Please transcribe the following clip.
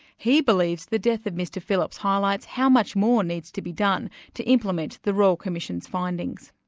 he believes the death of mr phillips highlights how much more needs to be done to implement the royal commission's findings.